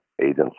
Agents